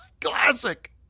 Classic